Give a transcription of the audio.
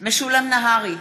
משולם נהרי,